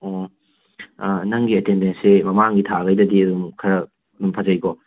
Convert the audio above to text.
ꯑꯣ ꯅꯪꯒꯤ ꯑꯦꯇꯦꯟꯗꯦꯟꯁꯁꯦ ꯃꯃꯥꯡꯒꯤ ꯊꯥꯒꯩꯗꯗꯤ ꯑꯗꯨꯝ ꯈꯔ ꯑꯗꯨꯝ ꯐꯖꯩꯀꯣ